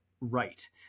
right